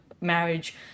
marriage